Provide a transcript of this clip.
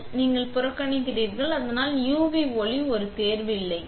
எனவே நீங்கள் புறக்கணிக்கிறீர்கள் அதனால் UV ஒளி ஒரு தேர்வு இல்லை